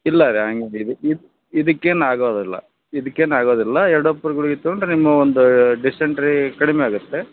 ಇಲ್ಲ ರೀ ಹಂಗೆ ಇದು ಇದು ಇದಕ್ಕೇನು ಆಗೋದಿಲ್ಲ ಇದಕ್ಕೇನು ಆಗೋದಿಲ್ಲ ಎಲ್ಡೋಫೋರ್ ಗುಳಿಗೆ ತೊಗೊಂಡ್ರೆ ನಿಮ್ಮ ಒಂದು ಡೀಸೆಂಟ್ರಿ ಕಡಿಮೆ ಆಗುತ್ತೆ